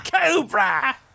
Cobra